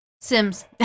Sims